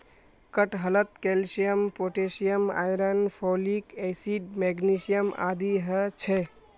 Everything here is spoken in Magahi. कटहलत calcium potassium iron folic acid magnesium आदि ह छे